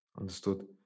Understood